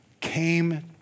came